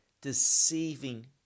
deceiving